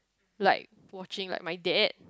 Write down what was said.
like watching like my dad